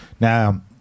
Now